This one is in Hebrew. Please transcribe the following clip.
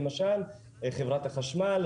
חברת החשמל,